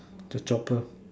the chopper